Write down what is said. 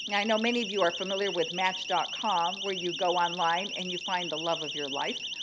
and i know many of you are familiar with match dot com where you go online and you find the love of your life.